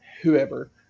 whoever